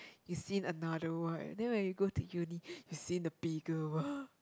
you seen another world then when you go to uni you seen the bigger world